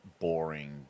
Boring